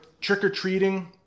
Trick-or-treating